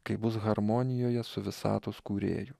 kai bus harmonijoje su visatos kūrėju